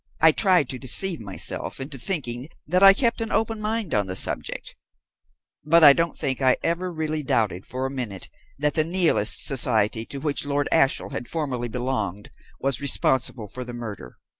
i tried to deceive myself into thinking that i kept an open mind on the subject but i don't think i ever really doubted for a minute that the nihilist society to which lord ashiel had formerly belonged was responsible for the murder.